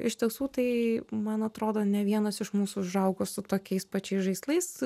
iš tiesų tai man atrodo ne vienas iš mūsų užaugo su tokiais pačiais žaislais